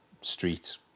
street